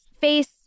face